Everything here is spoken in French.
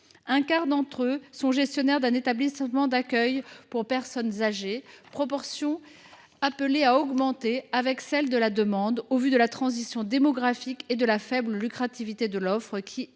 Un quart de ces centres sont gestionnaires d’un établissement d’accueil pour personnes âgées, proportion appelée à augmenter avec celle de la demande, au vu de la transition démographique et du caractère faiblement lucratif de l’offre, ce